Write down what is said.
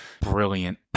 Brilliant